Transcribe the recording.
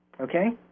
Okay